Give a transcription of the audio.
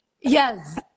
yes